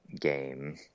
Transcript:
game